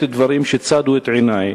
דברים שצדו את עיני.